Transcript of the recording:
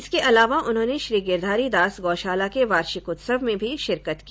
इसके अलावा उन्होंने श्री गिरधारी दास गौशाला के वार्षिक उत्सव में भी शिरकत की